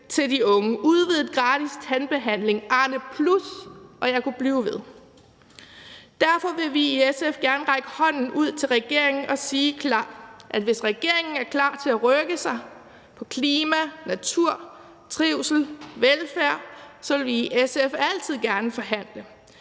til de unge, udvidet gratis tandbehandling og Arne-plus – jeg kunne blive ved. Derfor vil vi i SF gerne række hånden ud til regeringen og sige klart, at hvis regeringen er klar til at rykke sig på klima, natur, trivsel og velfærd, vil vi i SF vil altid gerne forhandle,